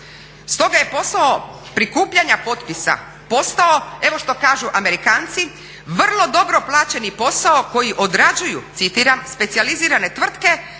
Stoga je posao prikupljanja potpisa postao, evo što kažu Amerikanci, vrlo dobro plaćeni posao koji odrađuju, citiram: "specijalizirane tvrtke